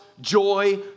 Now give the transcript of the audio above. joy